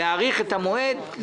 להאריך את המועד,